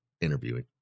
interviewing